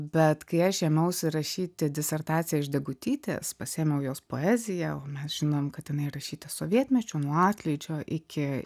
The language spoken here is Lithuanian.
bet kai aš ėmiausi rašyti disertaciją iš degutytės pasiėmiau jos poeziją o mes žinom kad jinai rašyta sovietmečiu nuo atlydžio iki